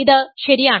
ഇത് ശരിയാണ്